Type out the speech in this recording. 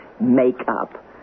Makeup